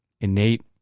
innate